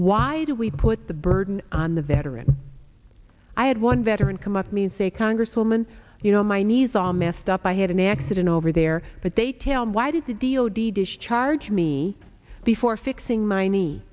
why do we put the burden on the veteran i had one veteran come up means a congresswoman you know my knees are messed up i had an accident over there but they tailed why did the deal d discharge me before fixing my knee